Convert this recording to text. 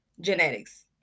genetics